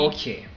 Okay